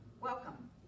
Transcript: welcome